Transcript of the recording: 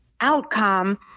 outcome